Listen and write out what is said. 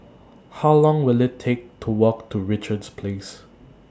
How Long Will IT Take to Walk to Richards Place